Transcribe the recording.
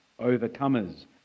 overcomers